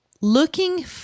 Looking